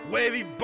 Wavy